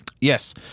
Yes